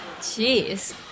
Jeez